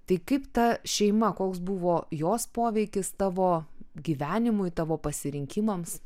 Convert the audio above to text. tai kaip ta šeima koks buvo jos poveikis tavo gyvenimui tavo pasirinkimams